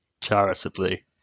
charitably